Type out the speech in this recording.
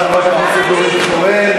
גם חברת הכנסת נורית קורן.